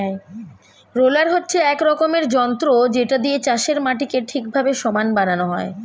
roller হচ্ছে এক রকমের যন্ত্র যেটা দিয়ে চাষের মাটিকে ঠিকভাবে সমান বানানো হয়